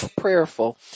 prayerful